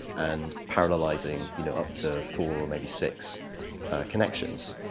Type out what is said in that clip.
and parallelizing you know up to four, maybe six connections.